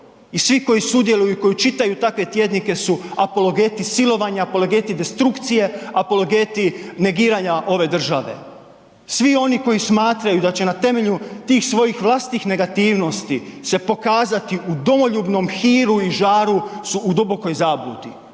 i svi koji sudjeluju i koji čitaju takve tjednike apologeti silovanja, apologeti destrukcije, apologeti negiranja ove države. Svi oni koji smatraju da će na temelju tih svojih vlastitih negativnosti se pokazati u domoljubnom hiru i žaru su u dubokoj zabludi.